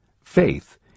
faith